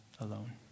alone